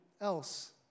else